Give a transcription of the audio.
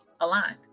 aligned